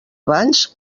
abans